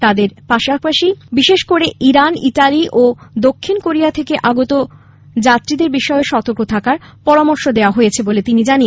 তাদের বিশেষ করে ইরান ইতালি ও দক্ষিণ কোরিয়া থেকে আগত যাত্রীদের বিষয়ে সতর্ক থাকার পরামর্শ দেওয়া হয়েছে বলে তিনি জানান